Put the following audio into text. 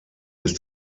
ist